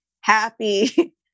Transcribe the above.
happy